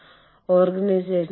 അത് ഒരു തരത്തിലുള്ള പ്രവർത്തനമാണ്